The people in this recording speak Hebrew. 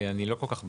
אני לא כל-כך בטוח,